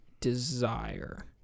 Desire